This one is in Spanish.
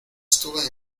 estuve